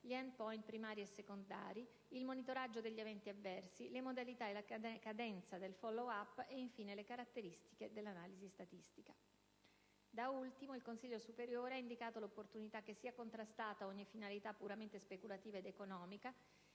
gli *end point* primari e secondari, il monitoraggio degli eventi avversi, le modalità e la cadenza del *follow up* ed infine le caratteristiche dell'analisi statistica». Da ultimo, il CSS ha indicato l'opportunità che «sia contrastata ogni finalità puramente speculativa ed economica;